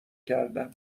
کردم